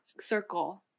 circle